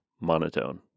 monotone